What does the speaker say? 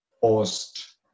post